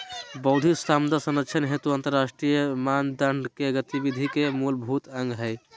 बौद्धिक संपदा संरक्षण हेतु अंतरराष्ट्रीय मानदंड के गतिविधि के मूलभूत अंग हइ